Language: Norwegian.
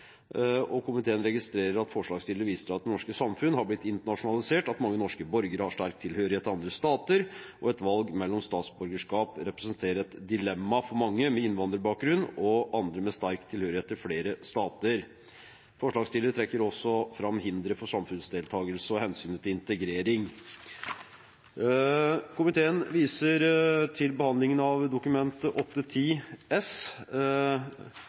blitt internasjonalisert, at mange norske borgere har sterk tilhørighet til andre stater, og at et valg mellom statsborgerskap representerer et dilemma for mange med innvandrerbakgrunn og andre med sterk tilhørighet til flere stater. Forslagsstilleren trekker også fram hindre for samfunnsdeltakelse og hensynet til integrering. Komiteen viser til behandlingen av Dokument 8:10 S